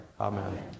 Amen